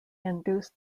induced